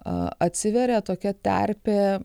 atsiveria tokia terpė